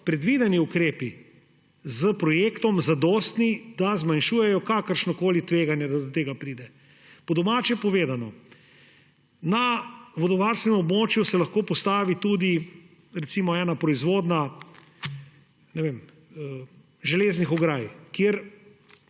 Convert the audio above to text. predvideni ukrepi s projektom zadostni, da zmanjšujejo kakršnokoli tveganje, da do tega pride. Po domače povedano, na vodovarstvenem območju se lahko postavi tudi, recimo, proizvodnja, ne vem, železnih ograj, kjer